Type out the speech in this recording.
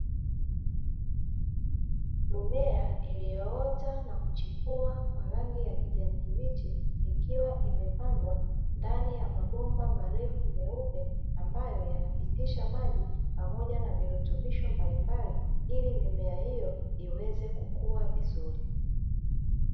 Mimea iliyoota na kuchipua kwa rangi ya kijani kibichi ikiwa imepandwa ndani ya mabomba marefu meupe, ambayo yanapitisha maji pamoja na virutubisho mbalimbali ili mimea hiyo iweze kukua vizuri.